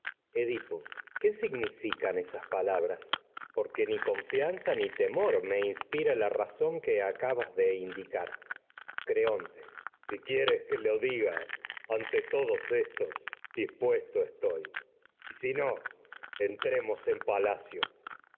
edipo bienandanza qué significan me esas palabras razón que porque ni confianza ni temor inspira la acabas de indicar creonte si quieres y que lo diga ante todos éstos dispuesto estoy edipo si no entremos en palacio